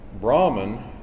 Brahman